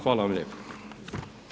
Hvala vam lijepo.